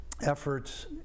efforts